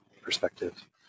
perspective